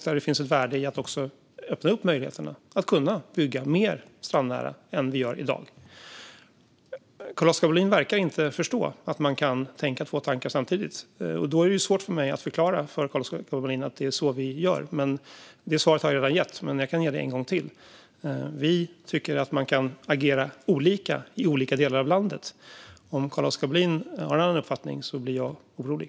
Där finns det ett värde att öppna upp möjligheterna att bygga mer strandnära än man gör i dag. Carl-Oskar Bohlin verkar inte förstå att man kan tänka två tankar samtidigt. Då är det svårt för mig att förklara för Carl-Oskar Bohlin hur vi gör. Men svaret har jag alltså redan gett. Jag kan förstås ge det en gång till: Vi tycker att man kan agera olika i olika delar av landet. Om Carl-Oskar Bohlin har en annan uppfattning blir jag orolig.